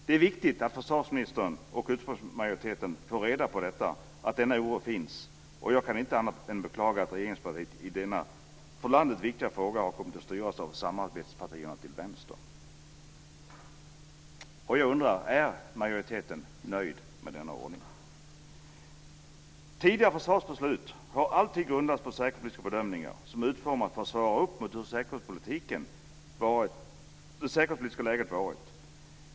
Det är viktigt att försvarsministern och utskottsmajoriteten får reda på att denna oro finns, och jag kan inte annat än beklaga att regeringspartiet i denna för landet viktiga fråga har kommit att styras av samarbetspartierna till vänster. Är majoriteten nöjd med denna ordning? Tidigare försvarsbeslut har alltid grundats på säkerhetspolitiska bedömningar som utformats för att svara upp mot hur det säkerhetspolitiska läget varit.